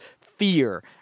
fear